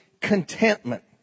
contentment